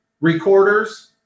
recorders